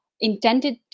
intended